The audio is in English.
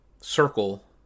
circle